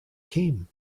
came